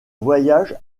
voyage